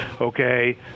okay